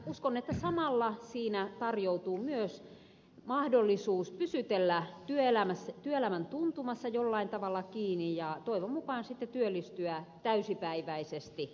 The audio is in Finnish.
uskon että samalla siinä tarjoutuu myös mahdollisuus pysytellä työelämän tuntumassa jollain tavalla kiinni ja toivon mukaan sitten työllistyä täysipäiväisesti myöhemmin